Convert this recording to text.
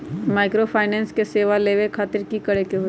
Microfinance के सेवा लेबे खातीर की करे के होई?